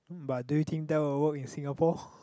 but do you think that will work in Singapore